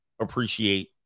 Appreciate